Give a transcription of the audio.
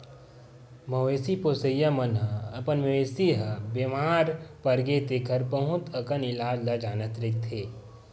मवेशी पोसइया मन ह अपन मवेशी ह बेमार परगे तेखर बहुत अकन इलाज ल जानत रहिथे